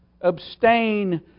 Abstain